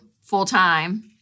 full-time